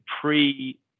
pre